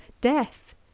death